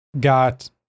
got